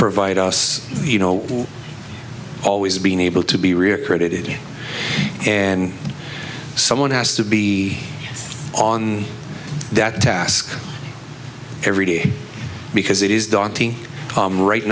provide us you know always being able to be recruited and someone has to be on that task every day because it is daunting problem right